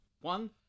one